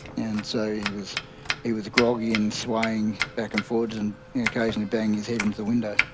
and so he was he was groggy and swaying back and forwards and occasionally banging his head into the window.